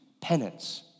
penance